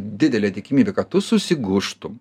didelė tikimybė kad tu susigūžtum